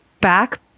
back